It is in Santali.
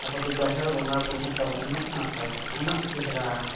ᱟᱵᱚ ᱫᱚ ᱡᱟᱦᱮᱨ ᱵᱚᱸᱜᱟᱼᱵᱩᱨᱩ ᱦᱚᱸ ᱛᱟᱵᱚᱱ ᱩᱱᱟᱹᱜ ᱱᱟᱯᱟᱭᱟ ᱩᱱᱟᱹᱜ ᱪᱮᱦᱨᱟᱣᱟ